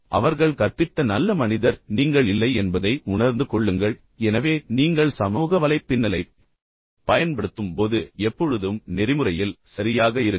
அவர்கள் உங்களுக்குக் கற்பித்த நல்ல மனிதர் நீங்கள் இல்லை என்பதை உணர்ந்து கொள்ளுங்கள் எனவே நீங்கள் சமூக வலைப்பின்னலைப் பயன்படுத்தும் போது எப்பொழுதும் நெறிமுறையில் சரியாக இருங்கள்